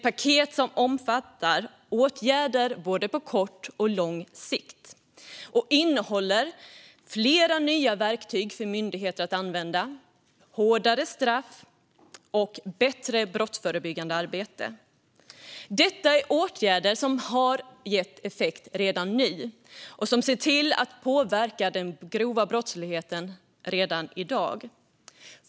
Paketet omfattar åtgärder både på kort och på lång sikt och innehåller flera nya verktyg för myndigheter att använda, hårdare straff och bättre brottsförebyggande arbete. Detta är åtgärder som redan har gett effekt och som påverkar den grova brottsligheten redan i dag.